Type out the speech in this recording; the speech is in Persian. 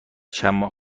چندماه